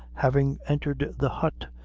having entered the hut,